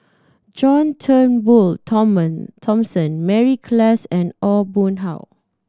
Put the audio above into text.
John Turnbull Thomson Mary Klass and Aw Boon Haw